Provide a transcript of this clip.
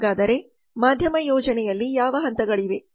ಹಾಗಾದರೆ ಮಾಧ್ಯಮ ಯೋಜನೆಯಲ್ಲಿ ಯಾವ ಹಂತಗಳಿವೆ